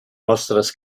vostres